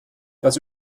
das